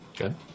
Okay